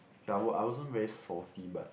ya I was I wasn't very salty but